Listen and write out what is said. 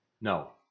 No